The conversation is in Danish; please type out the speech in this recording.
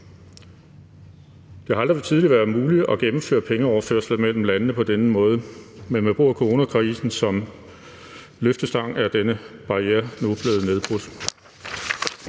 Det har aldrig tidligere været muligt at gennemføre pengeoverførsler mellem landene på denne måde, men man bruger coronakrisen som løftestang, og så er denne barriere nu blevet nedbrudt.